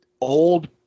old